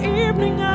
evening